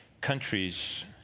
countries